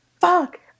Fuck